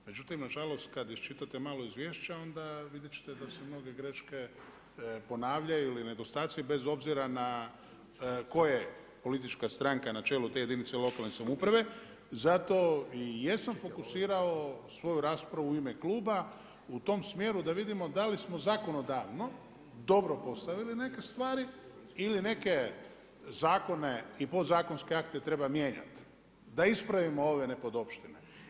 Međutim nažalost kada iščitate malo izvješća vidjet ćete da se mnoge greške ponavljaju ili nedostaci bez obzira na koje politička stranka na čelu te jedinice lokalne samouprave zato jesam i fokusirao svoju raspravu u ime kluba u tom smjeru da vidimo da li smo zakonodavno dobro postavili neke stvari ili neke zakone i podzakonske akte treba mijenjati da ispravimo ove nepodopštine.